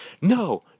no